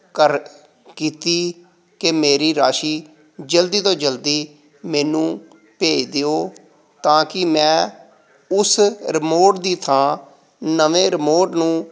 ਕਰ ਕੀਤੀ ਕਿ ਮੇਰੀ ਰਾਸ਼ੀ ਜਲਦੀ ਤੋਂ ਜਲਦੀ ਮੈਨੂੰ ਭੇਜ ਦਿਓ ਤਾਂ ਕਿ ਮੈਂ ਉਸ ਰਿਮੋਟ ਦੀ ਥਾਂ ਨਵੇਂ ਰਿਮੋਟ ਨੂੰ